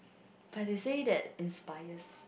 but they say that inspired